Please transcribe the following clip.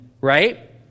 right